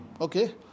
Okay